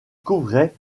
couvrait